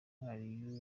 twari